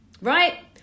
right